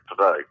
today